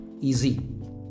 easy